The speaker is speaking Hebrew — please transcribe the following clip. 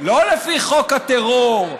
לא לפי חוק הטרור,